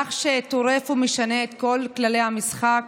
מהלך שטורף ומשנה את כל כללי המשחק,